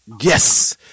Yes